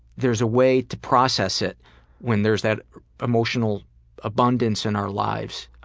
there's a way to process it when there's that emotional abundance in our lives.